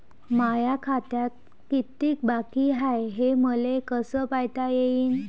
माया खात्यात कितीक बाकी हाय, हे मले कस पायता येईन?